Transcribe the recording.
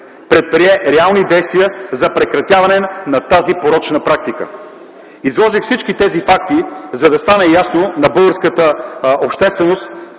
предприе реални действия за прекратяване на тази порочна практика. Изложих всички тези факти, за да стане ясно на българската общественост,